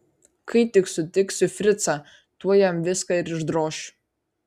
kai tik sutiksiu fricą tuoj jam viską ir išdrošiu